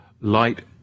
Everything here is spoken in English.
light